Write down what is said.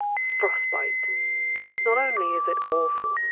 frostbite not only is it awful,